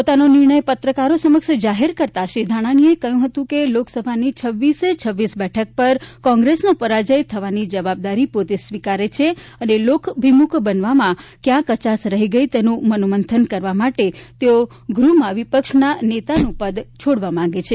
પોતાનો નિર્ણય પત્રકારો સમક્ષ જાહેર કરતાં શ્રી ધાનાણીએ કહ્યું હતું કે લોકસભાની છવ્વીસે છવ્વીસ બેઠક ઉપર કોંગ્રેસનો પરાજ્ય થવાની જવાબદારી પોતે સ્વીકારે છે અને લોકભીમુખ બનવામાં ક્યાં કચાસ રહી ગઈ તેનું મનોમંથન કરવા માટે તેઓ ગૃહમાં વિપક્ષના નેતાનું પદ છોડવા માંગે છે